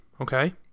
Okay